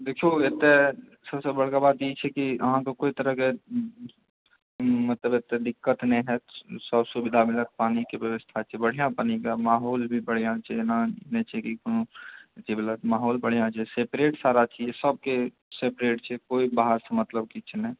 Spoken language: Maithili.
देखिऔ एतय सबसँ बड़का बात ई छै कि अहाँकेँ ओहि तरहकेँ मतलब एतौ दिक्कत नहि हैत सब सुविधा मिलत पानिके व्यवस्था छै बढ़िआँ पानी के माहौल भी बढ़ियाँ छै एना नहि छै कि कोनो सोचए वला माहौल बढ़िआँ छै सेपेरेट सारा चीज़ सबके सेपेरेट छै कोइ बाहरसँ मतलब किछु नहि